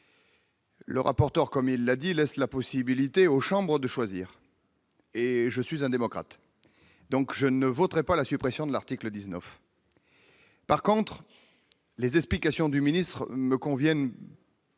Le rapporteur, comme il l'a dit laisse la possibilité aux chambres de choisir et je suis un démocrate, donc je ne voterai pas la suppression de l'article 19. Par contre, les explications du ministre me conviennent.